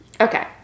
Okay